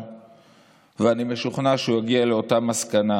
ואני משוכנע שהוא יגיע לאותה מסקנה